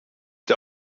der